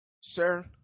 sir